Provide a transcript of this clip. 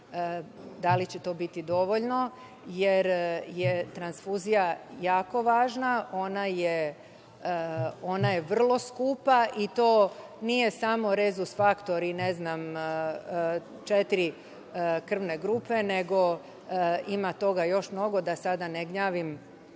transfuzije, jer je transfuzija jako važna, ona je vrlo skupa i to nije samo rezus faktor i četiri krvne grupe, nego ima toga još mnogo, da sada ne gnjavim